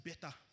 better